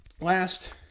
Last